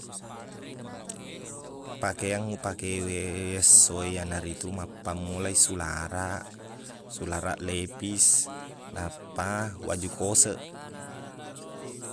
Pakeang upakewe esso e, iyanaritu mappammulai sularaq, sularaq lepis nappa waju koseq.